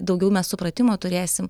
daugiau mes supratimo turėsim